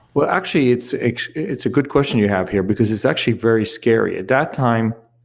well actually, it's it's a good question you have here, because it's actually very scary. at that time,